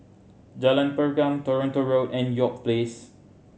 Jalan Pergam Toronto Road and York Place